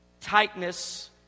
tightness